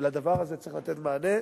ולדבר הזה צריך לתת מענה,